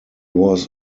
was